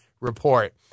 report